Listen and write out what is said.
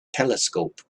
telescope